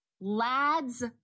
Lads